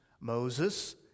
Moses